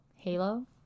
halo